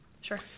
Sure